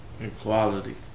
Equality